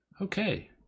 Okay